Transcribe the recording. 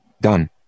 Done